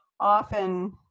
often